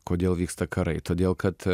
kodėl vyksta karai todėl kad